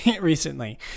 recently